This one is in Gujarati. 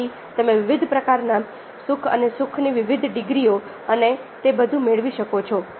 તેથી તમે વિવિધ પ્રકારના સુખ અને સુખની વિવિધ ડિગ્રીઓ અને તે બધું મેળવી શકો છો